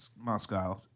moscow